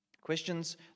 Questions